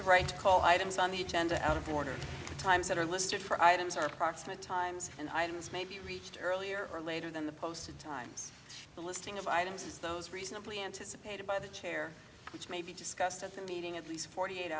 the right to call items on the agenda out of the order of the times that are listed for items are approximate times and highlands may be reached earlier or later than the posted times the listing of items is those reasonably anticipated by the chair which may be discussed at the meeting at least forty eight